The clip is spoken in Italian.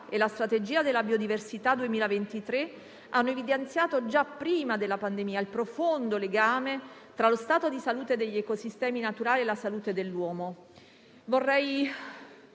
europea sulla biodiversità per il 2030 hanno evidenziato già prima della pandemia il profondo legame tra lo stato di salute degli ecosistemi naturali e la salute dell'uomo. Vorrei